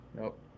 Nope